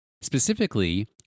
Specifically